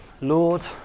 lord